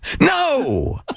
No